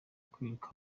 kwereka